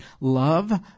love